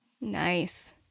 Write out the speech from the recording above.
Nice